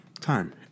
time